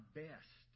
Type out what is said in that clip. best